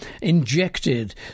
injected